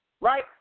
right